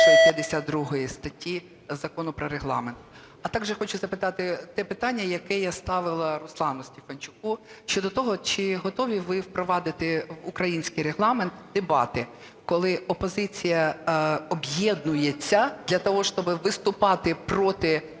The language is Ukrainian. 52 статті Закону про Регламент? А також хочу запитати те питання, яке я ставила Руслану Стефанчуку щодо того, чи готові ви впровадити в український Регламент дебати? Коли опозиція об'єднується для того, щоб виступати проти